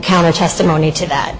counter testimony to that